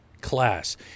class